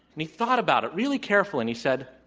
and he thought about it really careful, and he said,